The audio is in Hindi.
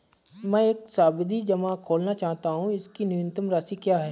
मैं एक सावधि जमा खोलना चाहता हूं इसकी न्यूनतम राशि क्या है?